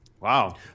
Wow